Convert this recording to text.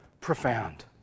profound